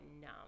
numb